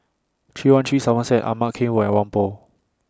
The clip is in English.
three one three Somerset Ama Keng Road and Whampoa